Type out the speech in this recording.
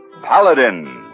Paladin